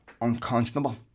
unconscionable